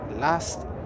last